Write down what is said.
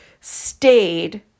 stayed